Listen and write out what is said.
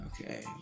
Okay